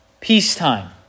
peacetime